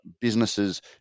businesses